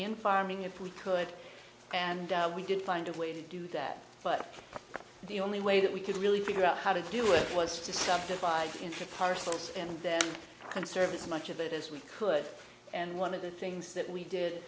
in farming if we could and we did find a way to do that but the only way that we could really figure out how to do it was to subdivide into parcels and conserve this much of it as we could and one of the things that we did